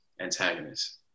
Antagonist